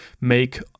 make